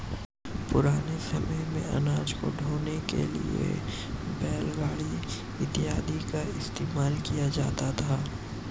पुराने समय मेंअनाज को ढोने के लिए बैलगाड़ी इत्यादि का इस्तेमाल किया जाता था